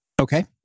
Okay